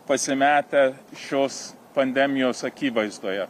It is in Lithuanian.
pasimetę šios pandemijos akivaizdoje